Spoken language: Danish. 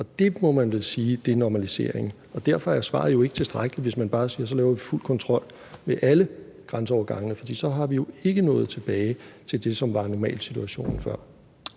Og det må man vel sige er normalisering. Så derfor er svaret jo ikke tilstrækkeligt, hvis man bare siger, at så laver vi fuld kontrol ved alle grænseovergange, for så har vi jo ikke noget tilbage til det, som var normalsituationen før.